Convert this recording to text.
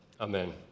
Amen